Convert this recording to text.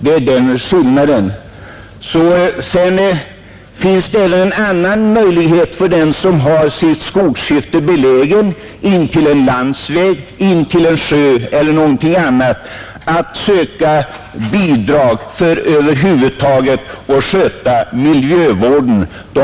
Detta är skillnaden, Det finns även en annan möjlighet för den som har sitt skogsskifte beläget intill en landsväg, ett samhälle eller intill en sjö, nämligen att söka bidrag för att över huvud taget kunna sköta miljövården.